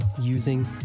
using